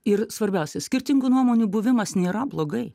ir svarbiausia skirtingų nuomonių buvimas nėra blogai